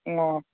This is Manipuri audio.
ꯑꯣ